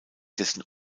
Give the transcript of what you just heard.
dessen